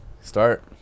Start